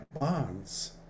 bonds